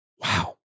Wow